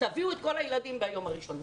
תביאו את כל הילדים ביום הראשון.